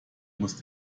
muss